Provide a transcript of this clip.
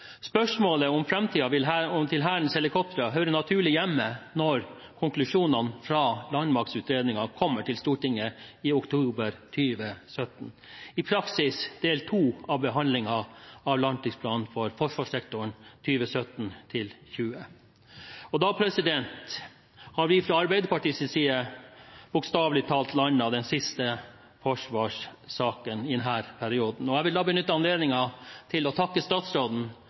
Spørsmålet om framtiden til Hærens helikoptre hører naturlig hjemme når konklusjonene fra landmaktutredningen kommer til Stortinget i oktober 2017, i praksis del to av behandlingen av langtidsplanen for forsvarssektoren for 2017–2020. Da har vi fra Arbeiderpartiets side bokstavelig talt landet den siste forsvarssaken i denne perioden, og jeg vil benytte anledningen til å takke statsråden